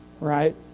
right